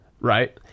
Right